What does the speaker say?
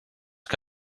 que